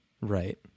Right